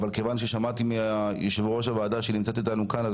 כיוון ששמעתי מיושב-ראש הוועדה שהיא נמצאת איתנו כאן,